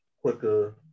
quicker